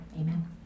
Amen